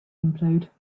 implode